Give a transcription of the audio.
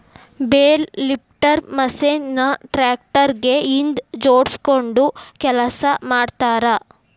bale lifter machine ನ tractor ಗೆ ಹಿಂದ್ ಜೋಡ್ಸ್ಕೊಂಡು ಕೆಲಸ ಮಾಡ್ತಾರ